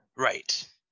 Right